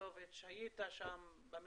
חבר הכנסת יואב סגלוביץ',